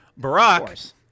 Barack